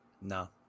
No